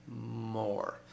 more